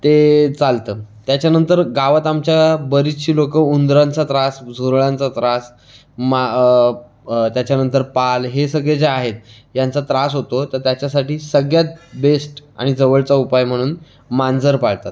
ते चालतं त्याच्यानंतर गावात आमच्या बरीचशी लोकं उंदरांचा त्रास झुरळांचा त्रास मा त्याच्यानंतर पाल हे सगळे जे आहे ह्यांचा त्रास होतो तर त्याच्यासाठी सगळ्यात बेस्ट आणि जवळचा उपाय म्हणून मांजर पाळतात